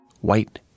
White